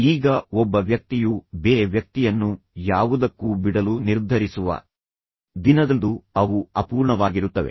ಈಗ ಒಬ್ಬ ವ್ಯಕ್ತಿಯು ಬೇರೆ ವ್ಯಕ್ತಿಯನ್ನು ಯಾವುದಕ್ಕೂ ಬಿಡಲು ನಿರ್ಧರಿಸುವ ದಿನದಂದು ಅವು ಅಪೂರ್ಣವಾಗಿರುತ್ತವೆ